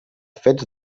fets